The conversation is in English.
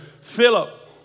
Philip